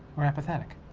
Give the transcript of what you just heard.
or apathetic.